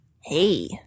Hey